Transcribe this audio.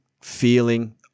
feeling